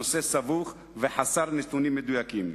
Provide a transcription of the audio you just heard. הנושא סבוך וחסרים נתונים מדויקים.